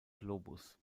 globus